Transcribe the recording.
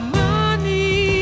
money